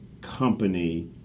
company